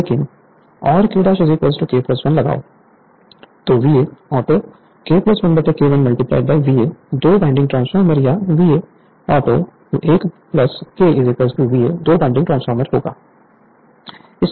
लेकिन और K K1 लगाओ तो VA auto K 1K VA दो वाइंडिंग ट्रांसफार्मर या VA ऑटो 1 K VA दो बाइंडिंग ट्रांसफार्मर होगा